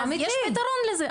אז יש פיתרון לזה.